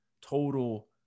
total